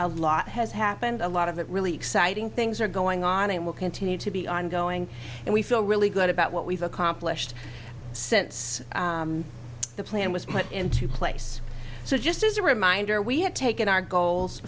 a lot has happened a lot of it really exciting things are going on and will continue to be ongoing and we feel really good about what we've accomplished since the plan was put into place so just as a reminder we had taken our goals